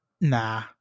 nah